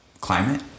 climate